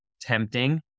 tempting